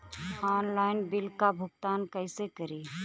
Online bill क भुगतान कईसे करी?